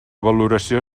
valoració